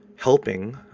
Helping